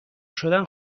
شدن